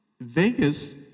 Vegas